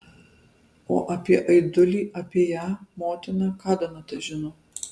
o apie aidulį apie ją motiną ką donata žino